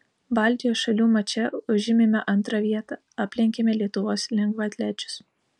baltijos šalių mače užėmėme antrą vietą aplenkėme lietuvos lengvaatlečius